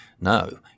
No